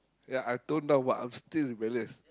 ya I tone now what I'm still rebellious